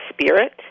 spirit